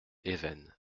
even